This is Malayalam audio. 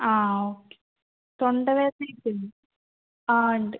ആ ഓക്കെ തൊണ്ട വേദനയൊക്കെയുണ്ട് ആ ഉണ്ട്